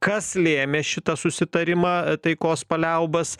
kas lėmė šitą susitarimą taikos paliaubas